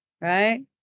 right